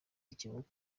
y’ikibuga